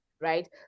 right